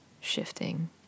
shifting